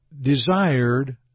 desired